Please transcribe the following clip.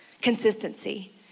consistency